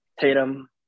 Tatum